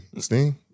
Sting